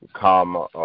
come